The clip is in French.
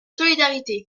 solidarité